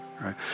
right